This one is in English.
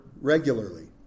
regularly